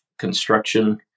construction